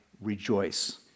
rejoice